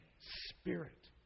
spirit